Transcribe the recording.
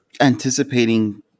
anticipating